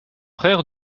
frère